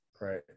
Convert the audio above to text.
Right